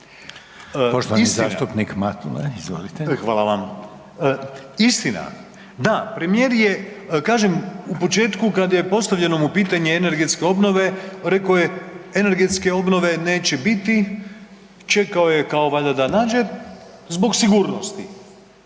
Poštovani zastupnika Matula. **Matula, Vilim (Možemo!)** Hvala vam. Istina, da, premijer je, kažem u početku kad je postavljeno mu pitanje energetske obnove, rekao je energetske obnove neće biti, čekao je kao valjda da nađe, zbog sigurnosti.